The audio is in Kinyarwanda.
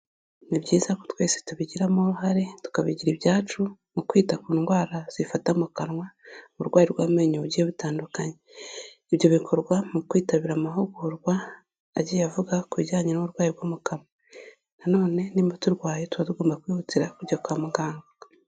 Ni byiza ko twese tubigiramo uruhare tukabigira ibyacu mu kwita ku ndwara zifata mu kanwa uburwayi bw'amenyo bugiye butandukanye. Ibyo bikorwa mu kwitabira amahugurwa agiye avuga ku bijyanye n'uburwayi bwo mu kanwa. Nanone niba turwaye tuba tugomba kwihutira kujya kwa muganga.